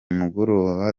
mugoroba